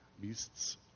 beasts